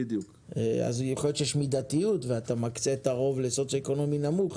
אז יכול להיות שיש מידתיות ואתה מקצה אתץ הרוב לסוציו-אקונומי נמוך,